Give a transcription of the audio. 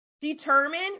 determine